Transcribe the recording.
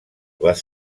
les